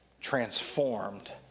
transformed